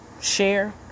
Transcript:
share